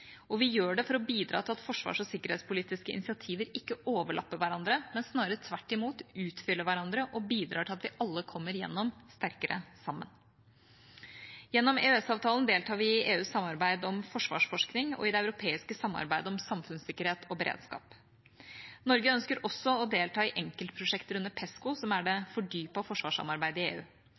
Vi gjør det for å bidra til at forsvars- og sikkerhetspolitiske initiativer ikke overlapper hverandre, men snarere tvert imot utfyller hverandre og bidrar til at vi alle kommer gjennom sterkere sammen. Gjennom EØS-avtalen deltar vi i EUs samarbeid om forsvarsforskning og i det europeiske samarbeidet om samfunnssikkerhet og beredskap. Norge ønsker også å delta i enkeltprosjekter under PESCO, som er det fordypede forsvarssamarbeidet i EU.